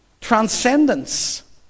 Transcendence